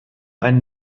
ein